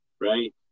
right